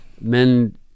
men